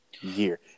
year